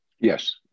Yes